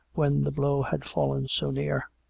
when the blow had fallen so near.